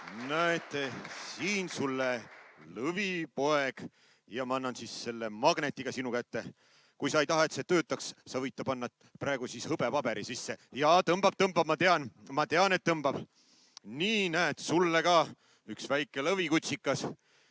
Näete, siin sulle lõvipoeg ja ma annan selle magneti ka sinu kätte. Kui sa ei taha, et see töötaks, siis sa võid panna ta praegu hõbepaberi sisse. Jaa, tõmbab-tõmbab, ma tean. Ma tean, et tõmbab. Nii, näed, sulle ka üks väike lõvikutsikas